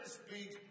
speak